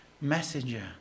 messenger